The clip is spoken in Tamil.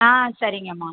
ஆ சரிங்கம்மா